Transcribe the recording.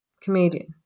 Comedian